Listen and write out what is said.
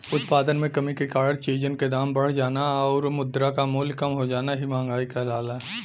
उत्पादन में कमी के कारण चीजन क दाम बढ़ जाना आउर मुद्रा क मूल्य कम हो जाना ही मंहगाई कहलाला